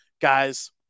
Guys